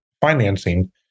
financing